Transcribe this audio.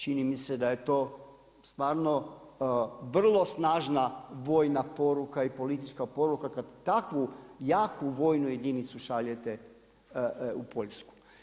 Čini mi se da je to stvarno vrlo snažna vojna poruka i politička poruka kada takvu jaku vojnu jedinicu šaljete u Poljsku.